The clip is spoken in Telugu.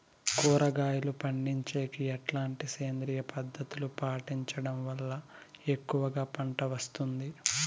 కూరగాయలు పండించేకి ఎట్లాంటి సేంద్రియ పద్ధతులు పాటించడం వల్ల ఎక్కువగా పంట వస్తుంది?